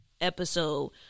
episode